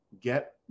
get